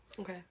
Okay